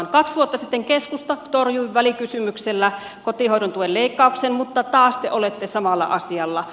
kaksi vuotta sitten keskusta torjui välikysymyksellä kotihoidon tuen leikkauksen mutta taas te olette samalla asialla